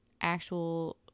actual